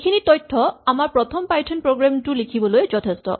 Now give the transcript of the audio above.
এইখিনি তথ্য আমাৰ প্ৰথম পাইথন প্ৰগ্ৰেম টো লিখিবলৈ যথেষ্ট